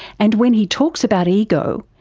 and when he talks about ego,